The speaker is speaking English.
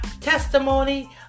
testimony